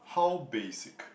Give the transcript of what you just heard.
how basic